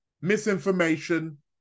misinformation